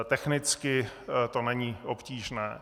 Technicky to není obtížné.